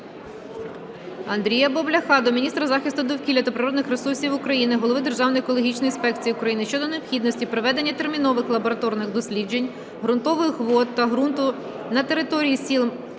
Андрія Бобляха до міністра захисту довкілля та природних ресурсів України, голови Державної екологічної інспекції України щодо необхідності проведення термінових лабораторних досліджень ґрунтових вод та ґрунту на території сіл